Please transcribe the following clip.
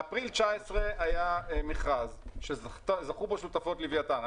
באפריל 2019 היה מכרז שזכו בו שותפות לווייתן.